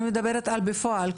אני מדברת על בפועל,